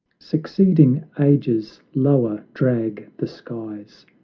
succeeding ages lower drag the skies,